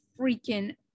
freaking